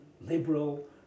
liberal